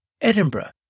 Edinburgh